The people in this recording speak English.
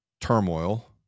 turmoil